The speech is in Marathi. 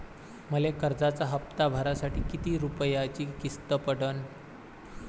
मले कर्जाचा हप्ता भरासाठी किती रूपयाची किस्त पडन?